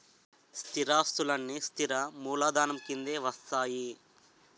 స్థిరాస్తులన్నీ స్థిర మూలధనం కిందే వస్తాయి